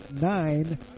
nine